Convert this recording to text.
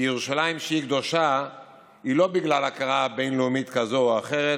כי ירושלים היא עיר קדושה לא בגלל הכרה בין-לאומית כזאת או אחרת